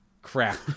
Crap